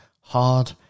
hard